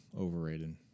overrated